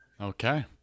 Okay